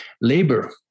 labor